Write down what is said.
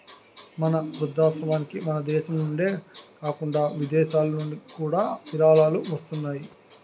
మా వృద్ధాశ్రమానికి మనదేశం నుండే కాకుండా విదేశాలనుండి కూడా విరాళాలు వస్తున్నాయి